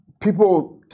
people